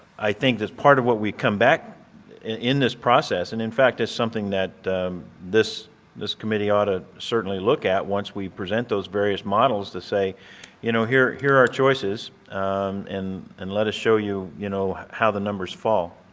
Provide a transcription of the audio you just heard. i think that part of what we come back in this process and in fact it's something that this this committee ought to certainly look at once we present those various models to say you know, here here are choices and let us show you, you know, how the numbers fall.